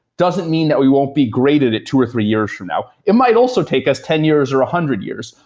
doesn't mean that we won't be great at it two or three years from now. it might also take us ten years or a one hundred years,